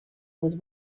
was